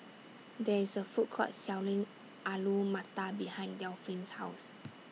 There IS A Food Court Selling Alu Matar behind Delphin's House